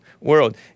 world